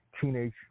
teenage